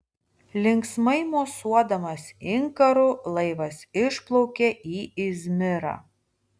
linksmai mosuodamas inkaru laivas išplaukė į izmirą